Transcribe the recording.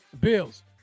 Bills